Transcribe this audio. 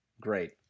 Great